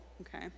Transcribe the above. okay